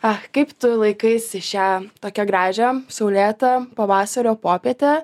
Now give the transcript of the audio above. ach kaip tu laikaisi šią tokią gražią saulėtą pavasario popietę